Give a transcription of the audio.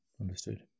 understood